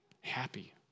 happy